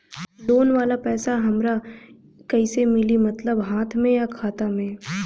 Loan वाला पैसा हमरा कइसे मिली मतलब हाथ में या खाता में?